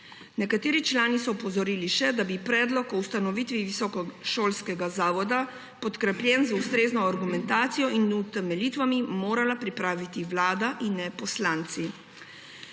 Nekateri člani so še opozorili, da bi Predlog odloka o ustanovitvi visokošolskega zavoda, podkrepljenega z ustrezno argumentacijo in utemeljitvami, morala pripraviti Vlada in ne poslanci.